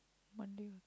one day